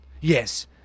Yes